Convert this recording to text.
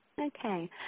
Okay